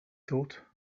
thought